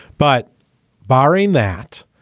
but barring that,